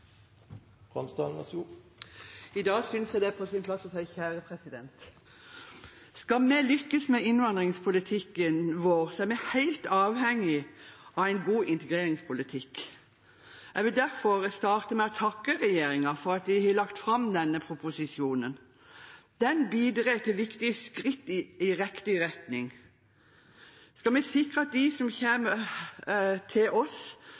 er på sin plass å si kjære president! Skal vi lykkes med innvandringspolitikken vår, er vi helt avhengig av en god integreringspolitikk. Jeg vil derfor starte med å takke regjeringen for at de har lagt fram denne proposisjonen. Den bidrar til viktige skritt i riktig retning. Skal vi sikre at de som kommer til oss